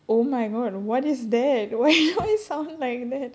oh my god what is that why why does it sound like that